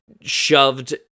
shoved